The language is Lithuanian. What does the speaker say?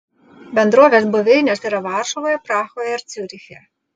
bendrovės buveinės yra varšuvoje prahoje ir ciuriche